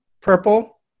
purple